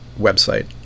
website